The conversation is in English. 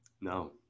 No